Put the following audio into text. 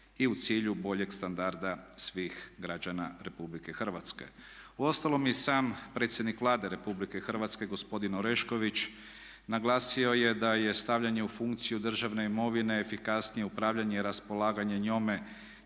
i u cilju boljeg standarda svih građana RH. Uostalom i sam predsjednik Vlade RH gospodin Orešković naglasio je da je stavljanje u funkciju državne imovine, efikasnije upravljanje i raspolaganje njome